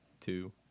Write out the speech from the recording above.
Two